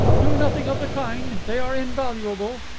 do nothing of the kind. they are invaluable.